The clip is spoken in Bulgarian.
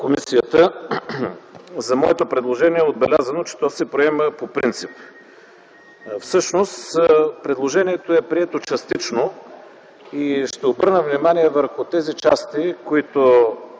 комисията за моето предложение е отбелязано, че се приема по принцип. Всъщност предложението е прието частично и ще обърна внимание върху тези части, които